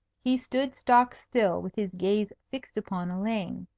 he stood stock-still with his gaze fixed upon elaine.